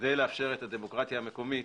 כדי לאפשר את הדמוקרטיה המקומית